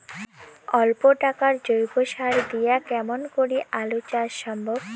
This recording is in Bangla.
অল্প টাকার জৈব সার দিয়া কেমন করি আলু চাষ সম্ভব?